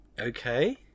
Okay